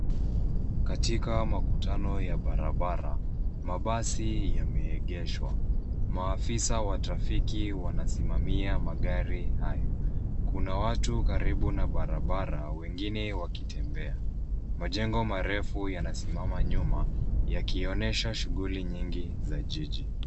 Katika makutano ya barabara, mabasi yameegeshwa. Maafisa wa trafiki, wanasimamia magari hayo. Kuna watu karibu na barabara, wengine wakitembea. Majengo marefu yanasimama nyuma, yakionyesha shughuli nyingi za jiji.